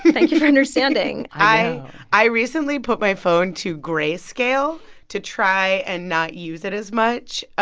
thank you for understanding. i i recently put my phone to grayscale to try and not use it as much, ah